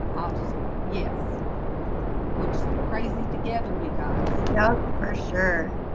i'll just be yes would just be crazy together you guys know for sure